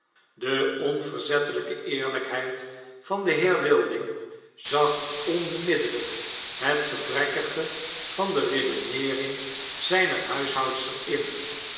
de onverzettelyke eerlykheid van den heer wilding zag onmiddellyk het gebrekkige van de redeneering zyner huishoudster in